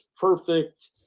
perfect